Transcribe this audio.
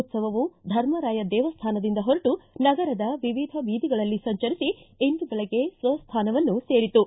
ಉತ್ಸವವು ಧರ್ಮರಾಯ ದೇವಸ್ಥಾನದಿಂದ ಹೊರಟು ನಗರದ ವಿವಿಧ ಬೀದಿಗಳಲ್ಲಿ ಸಂಚರಿಸಿ ಇಂದು ಬೆಳಗ್ಗೆ ಸ್ವ್ಯಾನವನ್ನು ಸೇರಿತು